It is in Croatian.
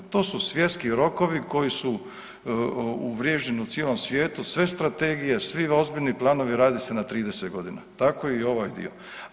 To su svjetski rokovi koji su uvriježeni u cijelom svijetu, sve strategije, svi ozbiljni planovi rade se na 30.g., tako i ovaj dio.